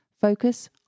Focus